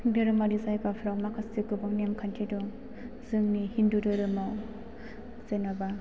धोरोमारि जायगाफोराव माखासे गोबां नेमखान्थि दं जोंनि हिन्दु धोरोमाव जेनेबा